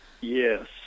Yes